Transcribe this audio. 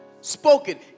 Spoken